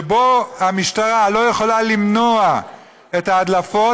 שבו המשטרה לא יכולה למנוע את ההדלפות,